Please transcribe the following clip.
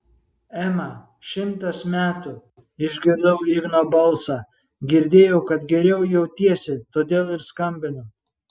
ema šimtas metų išgirdau igno balsą girdėjau kad geriau jautiesi todėl ir skambinu